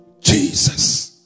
Jesus